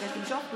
אתה מבקש למשוך.